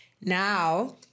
Now